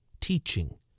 teaching